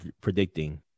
predicting